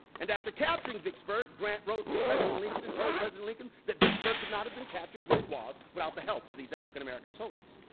and after capturing vicksburg, grant wrote to president lincoln and told president lincoln that vicksburg could not have been captured when it was without the help of these african-american soldiers.